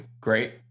Great